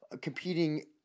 competing